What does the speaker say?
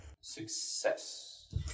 Success